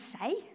say